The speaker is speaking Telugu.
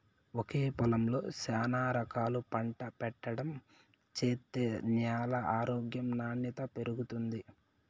ఒకే పొలంలో శానా రకాలు పంట పెట్టడం చేత్తే న్యాల ఆరోగ్యం నాణ్యత పెరుగుతుంది